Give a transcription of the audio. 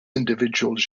individuals